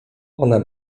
ona